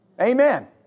Amen